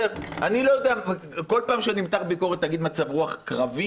כל פעם שנמתח ביקורת תגיד "מצב רוח קרבי"?